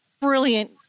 brilliant